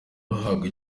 bahabwa